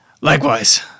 Likewise